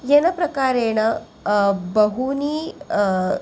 येन प्रकारेण बहूनि